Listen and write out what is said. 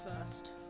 first